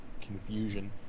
confusion